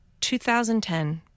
2010